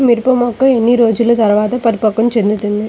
మిరప మొక్క ఎన్ని రోజుల తర్వాత పరిపక్వం చెందుతుంది?